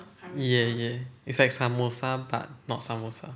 ya ya it's like samosa but not samosa